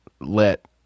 let